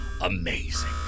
Amazing